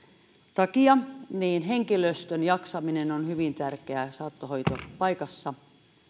takia henkilöstön jaksaminen on hyvin tärkeää saattohoitopaikassa